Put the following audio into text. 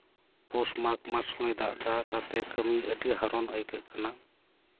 ᱯᱳᱥᱼᱢᱟᱜᱽ ᱢᱟᱥ ᱥᱩᱢᱟᱹᱭ ᱫᱟᱜᱽ ᱮᱫᱟ ᱛᱟᱛᱮ ᱠᱟᱹᱢᱤ ᱟᱹᱰᱤ ᱦᱟᱨᱳᱱ ᱟᱹᱭᱠᱟᱹᱜ ᱠᱟᱱᱟ